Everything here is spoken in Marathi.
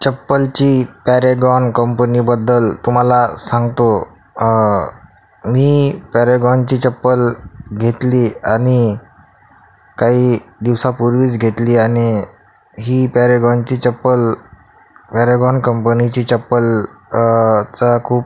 चप्पलची पॅरेगॉन कंपनीबद्दल तुम्हाला सांगतो मी पॅरेगॉनची चप्पल घेतली आणि काही दिवसापूर्वीच घेतली आणि ही पॅरेगॉनची चप्पल पॅरेगॉन कंपनीची चप्पल चं खूप